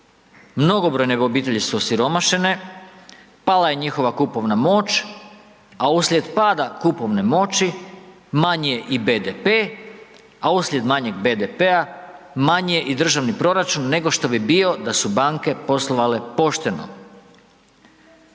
mnogobrojne obitelji su osiromašene, pala je njihova kupovna moć, a uslijed pada kupovne moći, manji je i BDP, a uslijed manjeg BDP-a manji je i državni proračun nego što bi bio da su banke poslovale pošteno.